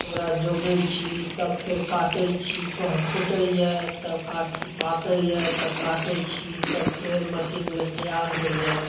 ओकरा जोगै छी तऽ फूटै यऽ तऽ काटै छी तऽ फेर मशीनमे तैआर होइया